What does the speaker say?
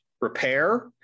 repair